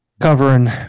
Covering